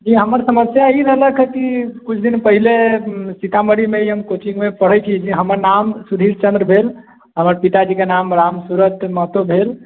जी हमर समस्या ई रहलक कि किछु दिन पहिले सीतामढ़ीमे ही हम कोचिङ्गमे पढ़ैत छी हमर नाम सुधीर चन्द्र भेल हमर पिताजीके नाम राम सूरत महतो भेल